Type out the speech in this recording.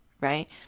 right